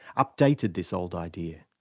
updated this old idea.